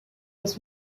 was